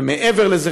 ומעבר לזה,